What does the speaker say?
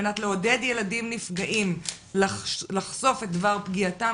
זאת על מנת לעודד ילדים נפגעים לחשוף את דבר פגיעתם